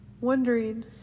wondering